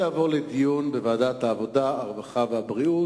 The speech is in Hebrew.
יעבור לדיון בוועדת העבודה, הרווחה והבריאות.